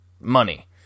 money